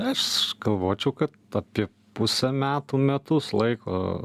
aš galvočiau kad apie pusę metų metus laiko